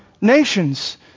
nations